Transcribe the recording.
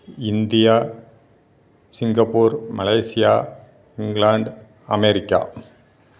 India Singapore Malaysia England America